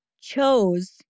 chose